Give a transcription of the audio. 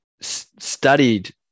studied